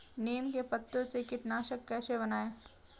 नीम के पत्तों से कीटनाशक कैसे बनाएँ?